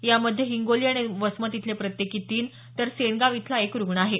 यामध्ये हिंगोली आणि वसमत इथले प्रत्येकी तीन तर सेनगाव इथला एक रुग्ण आहे